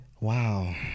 Wow